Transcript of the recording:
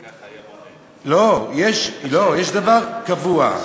לא, יש דבר קבוע.